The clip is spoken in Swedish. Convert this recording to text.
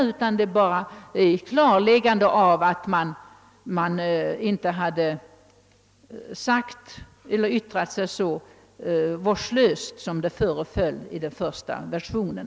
Jag har endast velat få ett klarläggande av att de inte hade yttrat sig så vårdlöst, som det föreföll i den första versionen.